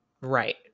right